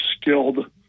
skilled